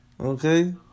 okay